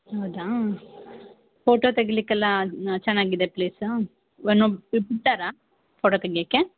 ಹೌದಾ ಫೋಟೋ ತೆಗಿಲಿಕ್ಕಲ್ಲಾ ಚೆನಾಗಿದೆ ಪ್ಲೇಸ್ ಬಿಡ್ತಾರ ಫೋಟೋ ತೆಗ್ಯಕ್ಕೆ